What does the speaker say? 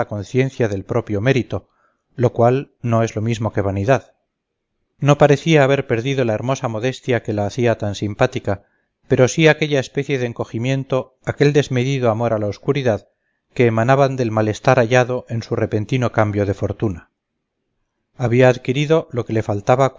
conciencia del propio mérito lo cual no es lo mismo que vanidad no parecía haber perdido la hermosa modestia que la hacía tan simpática pero sí aquella especie de encogimiento aquel desmedido amor a la oscuridad que emanaban del malestar hallado en su repentino cambio de fortuna había adquirido lo que le faltaba